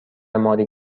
ماری